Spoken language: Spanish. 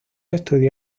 estudió